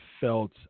felt –